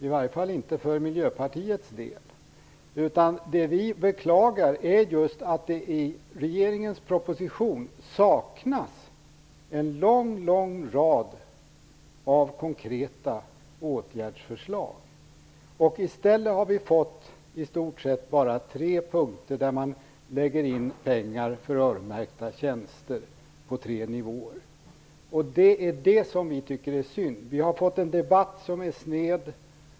I varje fall inte för Miljöpartiets del. Vi beklagar att det saknas en lång rad konkreta åtgärdsförslag i regeringens proposition. I stället har vi i stort sett bara fått tre punkter där man lägger in pengar för öronmärkta tjänster på tre nivåer. Det tycker vi är synd. Vi har fått en debatt som är sned.